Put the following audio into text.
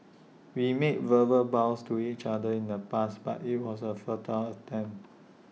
we made verbal vows to each other in the past but IT was A futile attempt